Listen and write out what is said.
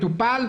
יטופל,